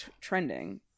trending